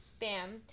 Bam